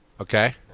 Okay